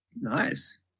nice